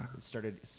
started